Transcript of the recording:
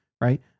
right